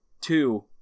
Two